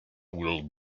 will